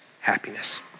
happiness